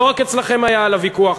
לא רק אצלכם היה עליו ויכוח,